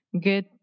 good